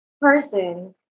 person